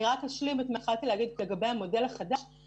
אני רק אשלים את מה שהתחלתי להגיד לגבי המודל החדש,